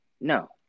No